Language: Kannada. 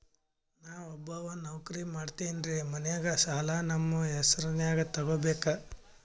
ನಾ ಒಬ್ಬವ ನೌಕ್ರಿ ಮಾಡತೆನ್ರಿ ಮನ್ಯಗ ಸಾಲಾ ನಮ್ ಹೆಸ್ರನ್ಯಾಗ ತೊಗೊಬೇಕ?